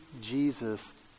Jesus